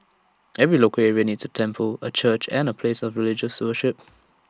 every local area needs A temple A church an the place of religious worship